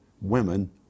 women